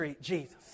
Jesus